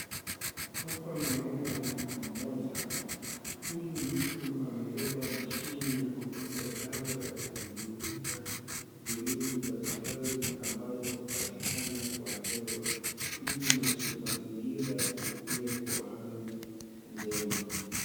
Hapa naona mtu mmoja. Huyu mtu amebeba mashini ya kupiga dawa ya kuzuia virusi mbalimbali ambayo hupatikana kwa hewa ili mazingira ikuwe kwa hali njema.